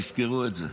תזכרו את זה.